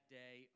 day